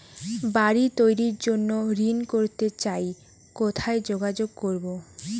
বাড়ি তৈরির জন্য ঋণ করতে চাই কোথায় যোগাযোগ করবো?